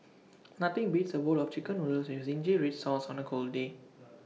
nothing beats A bowl of Chicken Noodles with Zingy Red Sauce on A cold day